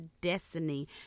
destiny